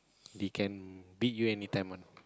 they can beat you anytime one